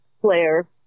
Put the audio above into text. player